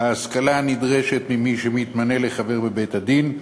ההשכלה הנדרשת ממי שמתמנה לחבר בבית-הדין,